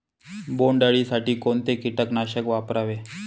बोंडअळी साठी कोणते किटकनाशक वापरावे?